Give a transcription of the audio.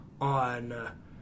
on